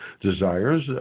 desires